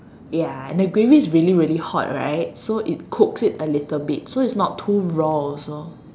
ya the gravy is really really hot right so it cooks it a little bit so it's not too raw also